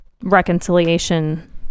reconciliation